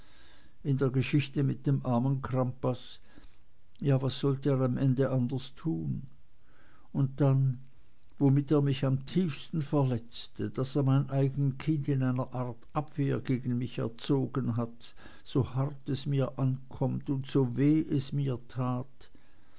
in der geschichte mit dem armen crampas ja was sollte er am ende anders tun und dann womit er mich am tiefsten verletzte daß er mein eigen kind in einer art abwehr gegen mich erzogen hat so hart es mir ankommt und so weh es mir tut